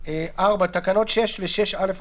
"ביטול תקנות 6 ו- 6א תקנות 6 ו,